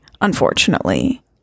unfortunately